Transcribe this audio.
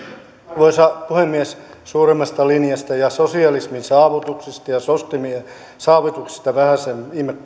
arvoisa puhemies suuremmasta linjasta ja sosialismin saavutuksista ja sos demien saavutuksista viime